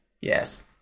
Yes